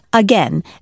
Again